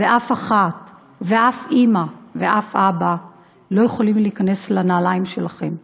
ואף אחת ואף אימא ואף אבא לא יכולים להיכנס לנעליים שלכם.